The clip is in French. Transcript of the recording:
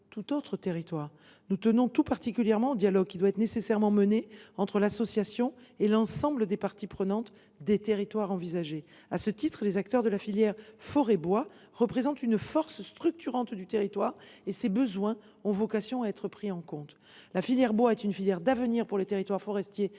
tout autre territoire. Nous tenons tout particulièrement au dialogue, qui doit être nécessairement mené entre l’association et l’ensemble des parties prenantes des territoires envisagés. À ce titre, les acteurs de la filière forêt bois représentent une force structurante du territoire ; ses besoins ont vocation à être pris en compte. Le bois est une filière d’avenir pour les territoires forestiers